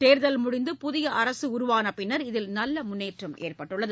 தேர்தல் முடிந்து புதிய அரசு உருவான பின்னர் இதில் நல்ல முன்னேற்றம் ஏற்பட்டுள்ளது